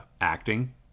acting